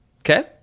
Okay